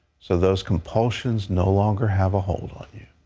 so those compulsions no longer have a hold on you.